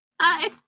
Hi